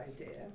idea